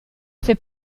fait